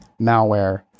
malware